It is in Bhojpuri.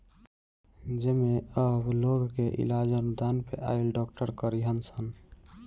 जेमे अब लोग के इलाज अनुदान पे आइल डॉक्टर करीहन सन